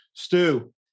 Stu